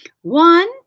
One